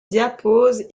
diapause